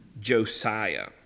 Josiah